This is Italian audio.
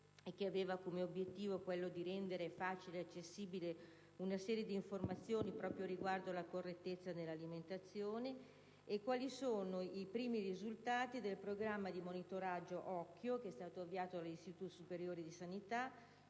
e che aveva come obbiettivo quello di rendere facile e accessibile una serie di informazioni riguardanti proprio la correttezza nell'alimentazione, e quali sono i primi risultati del programma di monitoraggio «OKkio alla SALUTE», che è stato avviato dall'Istituto superiore di sanità